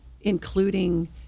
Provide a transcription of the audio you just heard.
including